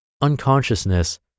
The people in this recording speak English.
unconsciousness